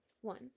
One